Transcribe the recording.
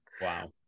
Wow